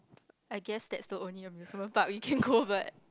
I guess that's the only amusement park we can go but